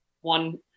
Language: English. one